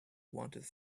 wanted